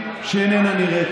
שאתה מפחד